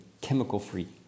chemical-free